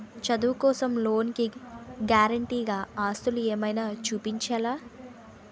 చదువు కోసం లోన్ కి గారంటే గా ఆస్తులు ఏమైనా చూపించాలా?